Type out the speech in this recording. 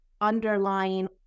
underlying